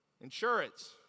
Insurance